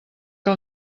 que